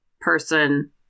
person